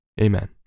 Amen